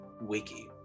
wiki